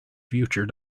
future